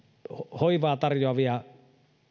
hoivaa tarjoavia